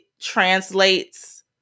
translates